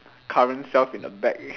current self in the back